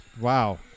Wow